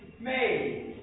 made